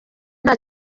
nta